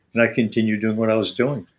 and i continue doing what i was doing.